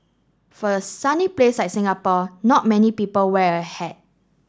for a sunny place like Singapore not many people wear a hat